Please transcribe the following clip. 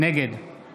נגד